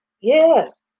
Yes